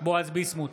בועז ביסמוט,